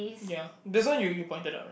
ya this one you you pointed out right